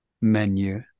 menu